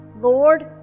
Lord